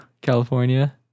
California